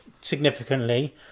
significantly